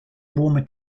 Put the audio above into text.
warmer